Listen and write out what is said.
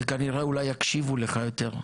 וכנראה אולי יקשיבו לך יותר.